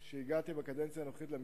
שהגעתי למשרד בקדנציה הנוכחית,